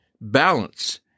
balance